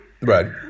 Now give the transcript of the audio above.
Right